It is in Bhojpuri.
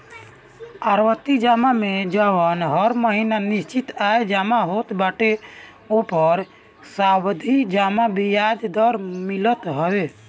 आवर्ती जमा में जवन हर महिना निश्चित आय जमा होत बाटे ओपर सावधि जमा बियाज दर मिलत हवे